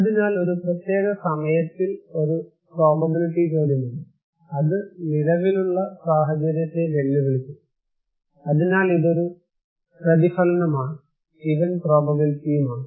അതിനാൽ ഒരു പ്രത്യേക സമയ ചോദ്യത്തിൽ ഒരു പ്രോബബിലിറ്റി ചോദ്യമുണ്ട് അത് നിലവിലുള്ള സാഹചര്യത്തെ വെല്ലുവിളിക്കും അതിനാൽ ഇത് ഒരു പരിണതഫലമാണ് ഇവന്റ് പ്രോബബിലിറ്റിയുമാണ്